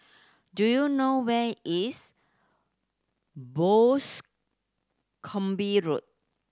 do you know where is Boscombe Road